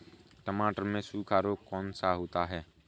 टमाटर में सूखा रोग कौन सा होता है?